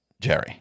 Jerry